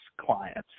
clients